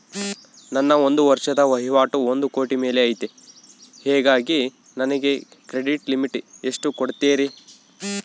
ನನ್ನ ಒಂದು ವರ್ಷದ ವಹಿವಾಟು ಒಂದು ಕೋಟಿ ಮೇಲೆ ಐತೆ ಹೇಗಾಗಿ ನನಗೆ ಕ್ರೆಡಿಟ್ ಲಿಮಿಟ್ ಎಷ್ಟು ಕೊಡ್ತೇರಿ?